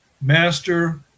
master